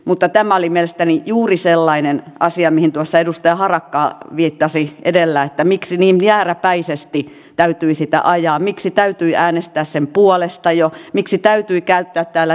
mutta tämä oli mielestäni juuri sellainen asia mihin tuossa edustaja harakka viittasi edellä että miksi niin jääräpäisesti täytyi sitä ajaa miksi täytyi äänestää sen puolesta jo miksi täytyi käyttää täällä